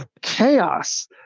chaos